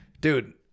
Dude